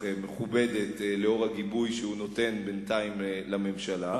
מכובדת לאור הגיבוי שהוא נותן בינתיים לממשלה.